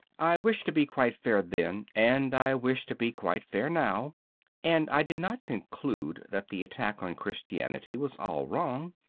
i wished to be quite fair then, and i wish to be quite fair now and i did not conclude that the attack on christianity was all wrong.